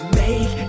make